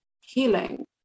healing